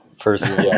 first